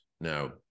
Now